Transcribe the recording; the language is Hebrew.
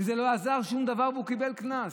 לא עזר שום דבר, והוא קיבל קנס.